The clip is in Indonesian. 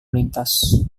lintas